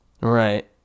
Right